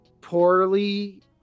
Poorly